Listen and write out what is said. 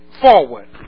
forward